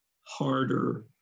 harder